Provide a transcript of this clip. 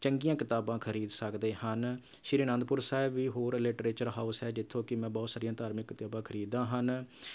ਚੰਗੀਆਂ ਕਿਤਾਬਾਂ ਖਰੀਦ ਸਕਦੇ ਹਨ ਸ੍ਰੀ ਅਨੰਦਪੁਰ ਸਾਹਿਬ ਵੀ ਹੋਰ ਲਿਟਰੇਚਰ ਹਾਊਂਸ ਹੈ ਜਿੱਥੋਂ ਕਿ ਮੈਂ ਬਹੁਤ ਸਾਰੀਆਂ ਧਾਰਮਿਕ ਕਿਤਾਬਾਂ ਖਰੀਦਦਾ ਹਨ